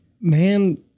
Man